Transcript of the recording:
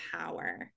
power